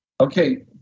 Okay